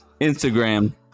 Instagram